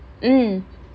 mm